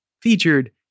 featured